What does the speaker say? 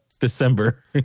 December